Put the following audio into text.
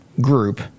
group